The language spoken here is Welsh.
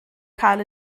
cael